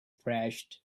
crashed